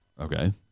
Okay